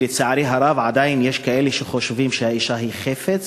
כי לצערי הרב עדיין יש כאלה שחושבים שהאישה היא חפץ,